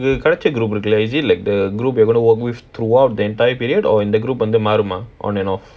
can I check இருக்குல்ல:irukkula is it like the group you're gonna work with throughout the entire period or in the group மாறுமா:marumaa on and off